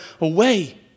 away